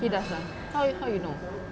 he does ah how you how you know